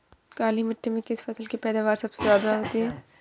काली मिट्टी में किस फसल की पैदावार सबसे ज्यादा होगी?